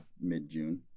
mid-June